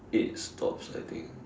eight stops I think